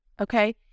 Okay